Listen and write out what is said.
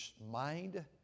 mind